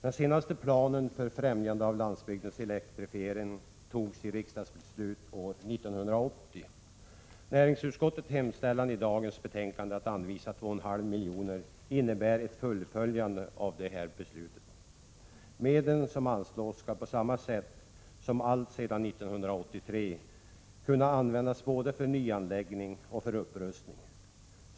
Den senaste planen för främjande av landsbygdens elektrifiering togs i riksdagsbeslut år 1980. Näringsutskottets hemställan i dagens betänkande om att anvisa 2,5 miljoner innebär ett fullföljande av detta beslut. Medlen som anslås skall, på samma sätt som alltsedan 1983, kunna användas både för nyanläggning och för upprustning.